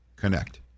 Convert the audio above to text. Connect